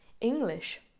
English